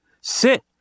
Sit